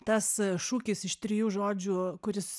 tas šūkis iš trijų žodžių kuris